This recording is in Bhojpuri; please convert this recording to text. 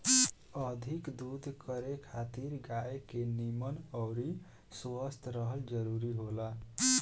अधिका दूध करे खातिर गाय के निमन अउरी स्वस्थ रहल जरुरी होला